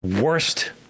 Worst